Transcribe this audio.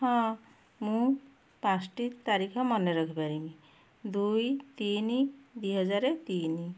ହଁ ମୁଁ ପାଞ୍ଚଟି ତାରିଖ ମାନେ ରଖିପାରିମି ଦୁଇ ତିନି ଦୁଇ ହଜାର ତିନି